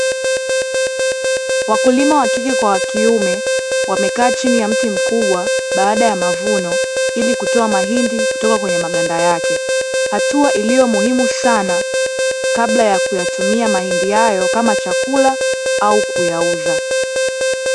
Wakulima w akike kwa wa kiume wamekaa chini ya mti mkubwa baada ya mavuno ili kutoa mahindi kutoka kwenye maganda yake. Hatua iliyo muhimu sana kabla ya kuyatumia mahindi hayo kama chakula au kuyauza.